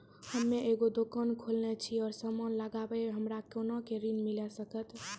हम्मे एगो दुकान खोलने छी और समान लगैबै हमरा कोना के ऋण मिल सकत?